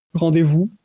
rendezvous